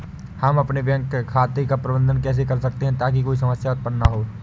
हम अपने बैंक खाते का प्रबंधन कैसे कर सकते हैं ताकि कोई समस्या उत्पन्न न हो?